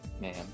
man